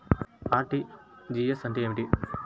RTGS అంటే ఏమిటి?